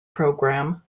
programme